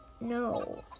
No